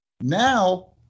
Now